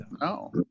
No